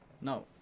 No